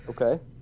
okay